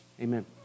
Amen